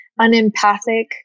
unempathic